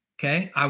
Okay